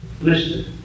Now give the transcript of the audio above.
Listen